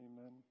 Amen